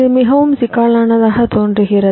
இது மிகவும் சிக்கலானதாக தோன்றுகிறது